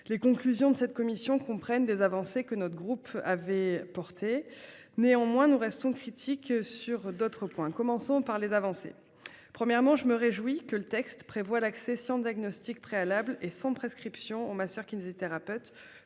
Les conclusions de cette commission comprennent des avancées que notre groupe avait porté néanmoins nous restons critiques sur d'autres points. Commençons par les avancées. Premièrement, je me réjouis que le texte prévoit l'accession diagnostic préalable et sans prescription ont masseurs-kinésithérapeutes.